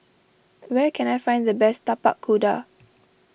where can I find the best Tapak Kuda